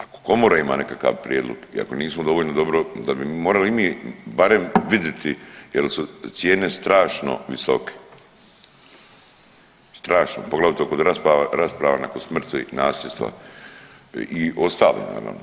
Ako komora ima nekakav prijedlog i ako nismo dovoljno dobro da bi morali i mi barem vidjeti jel su cijene strašno visoke, strašno poglavito kod rasprava nakon smrti nasljedstva i ostale naravno.